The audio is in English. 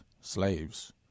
slaves